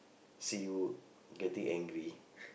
see you getting angry